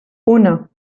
uno